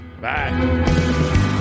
Bye